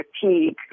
fatigue